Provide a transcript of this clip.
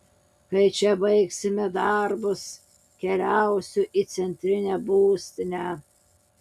kai čia baigsime darbus keliausiu į centrinę būstinę